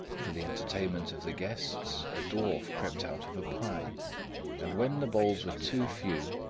for the entertainment of the guests, a dwarf crept out of a pie and when the bowls were too few,